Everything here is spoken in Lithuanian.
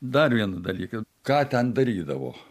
dar vieną dalyką ką ten darydavo